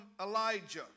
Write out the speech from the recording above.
Elijah